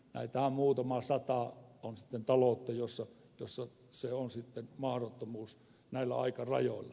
näitähän on muutama sata taloutta joissa se on mahdottomuus näillä aikarajoilla